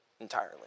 entirely